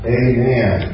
amen